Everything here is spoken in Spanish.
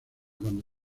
cuando